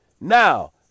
Now